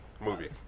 Movie